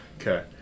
Okay